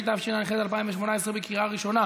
אין מתנגדים, אין נמנעים.